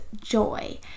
joy